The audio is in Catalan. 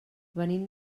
venim